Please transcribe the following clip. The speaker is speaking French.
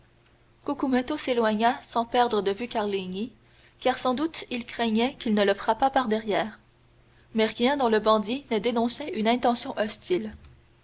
cucumetto s'éloigna sans perdre de vue carlini car sans doute il craignait qu'il ne le frappât par derrière mais rien dans le bandit ne dénonçait une intention hostile